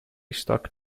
stuck